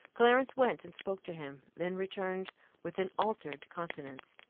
clarence went and spoke to him, then returned with an altered countenance,